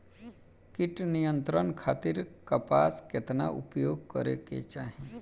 कीट नियंत्रण खातिर कपास केतना उपयोग करे के चाहीं?